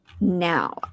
Now